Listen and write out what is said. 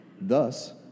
Thus